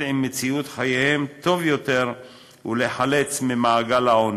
טוב יותר עם מציאות חייהן ולהיחלץ ממעגל העוני.